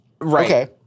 Right